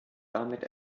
damit